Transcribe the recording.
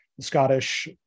Scottish